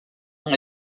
ont